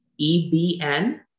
EBN